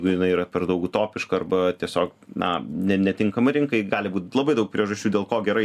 jeigu jinai yra per daug utopiška arba tiesiog na ne netinkama rinkai gali būti labai daug priežasčių dėl ko gerai